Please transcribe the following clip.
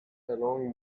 along